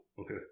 Okay